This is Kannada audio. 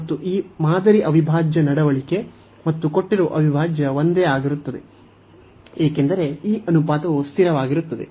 ಮತ್ತು ಈ ಮಾದರಿಯ ಅವಿಭಾಜ್ಯ ನಡವಳಿಕೆ ಮತ್ತು ಕೊಟ್ಟಿರುವ ಅವಿಭಾಜ್ಯ ಒಂದೇ ಆಗಿರುತ್ತದೆ ಏಕೆಂದರೆ ಈ ಅನುಪಾತವು ಸ್ಥಿರವಾಗಿರುತ್ತದೆ